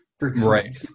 Right